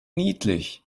niedlich